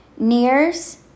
NEARS